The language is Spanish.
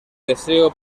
deseo